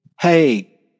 hey